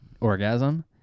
orgasm